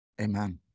Amen